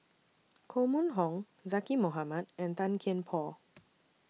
Koh Mun Hong Zaqy Mohamad and Tan Kian Por